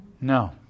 No